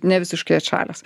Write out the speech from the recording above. ne visiškai atšalęs